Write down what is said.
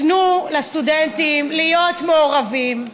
תנו לסטודנטים להיות מעורבים.